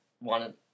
wanted